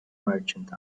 merchant